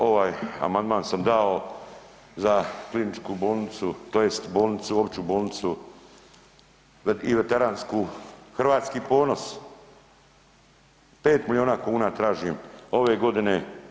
Ovaj amandman sam dao za Kliničku bolnicu tj. za Opću bolnicu i veteransku „Hrvatski ponos“ 5 milijuna kuna tražim ove godine.